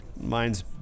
Mine's